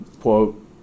quote